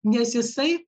nes jisai